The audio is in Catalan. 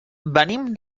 venim